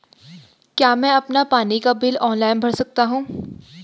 क्या मैं अपना पानी का बिल ऑनलाइन भर सकता हूँ?